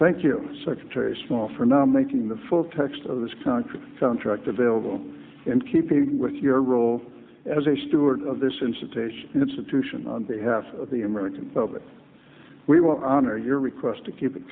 thank you secretary small for now making the full text of this contract contract available in keeping with your role as a steward of this institution institution on behalf of the american public we want to honor your request to keep it